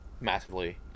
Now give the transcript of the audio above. massively